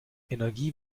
energie